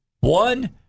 One